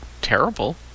Terrible